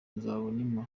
nzabonimpa